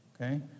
Okay